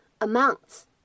amounts